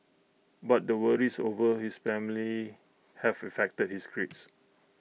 but the worries over his family have affected his grades